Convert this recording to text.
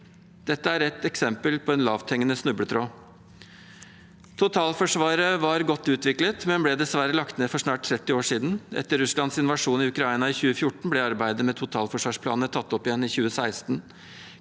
Dette er ett eksempel på en lavthengende snubletråd. Totalforsvaret var godt utviklet, men ble dessverre lagt ned for snart 30 år siden. Etter Russlands invasjon i Ukraina i 2014 ble arbeidet med totalforsvarsplanene tatt opp igjen i 2016.